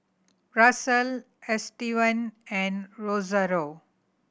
Russel Estevan and Rosario